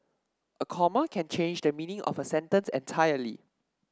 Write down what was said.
a comma can change the meaning of a sentence entirely